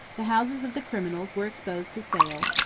the houses of the criminals were exposed to sale,